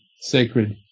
sacred